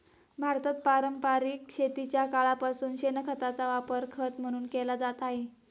भारतात पारंपरिक शेतीच्या काळापासून शेणखताचा वापर खत म्हणून केला जात आहे